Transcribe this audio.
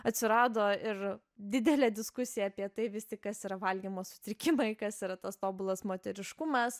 atsirado ir didelė diskusija apie tai vis tik kas yra valgymo sutrikimai kas yra tas tobulas moteriškumas